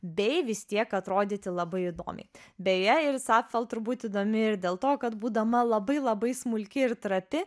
bei vis tiek atrodyti labai įdomiai beje iris apfel turbūt įdomi ir dėl to kad būdama labai labai smulki ir trapi